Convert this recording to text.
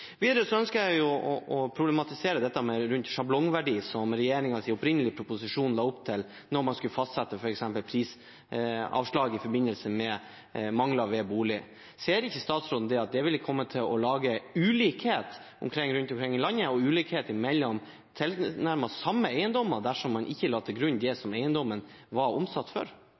Videre ønsker jeg å problematisere dette med sjablongverdi, som regjeringens opprinnelige proposisjon la opp til, når man skulle fastsette f.eks. prisavslag i forbindelse med mangler ved bolig. Ser ikke statsråden at det ville kommet til å bli en ulikhet rundt omkring i landet og ulikhet mellom tilnærmet like eiendommer, dersom man ikke la til grunn det som eiendommen var omsatt for?